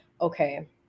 okay